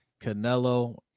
Canelo